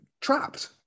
trapped